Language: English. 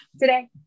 today